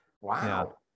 wow